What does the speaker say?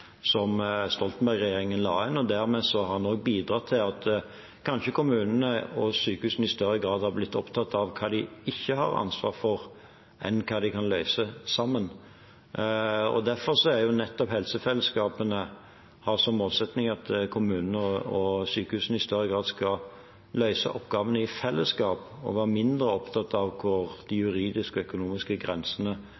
som Stoltenberg-regjeringen la inn. Dermed har man også bidratt til at kommunene og sykehusene kanskje i større grad har blitt opptatt av hva de ikke har ansvar for, enn hva de kan løse sammen. Derfor har helsefellesskapene som målsetting at kommunene og sykehusene i større grad skal løse oppgavene i fellesskap og være mindre opptatt av hvor de